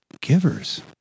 givers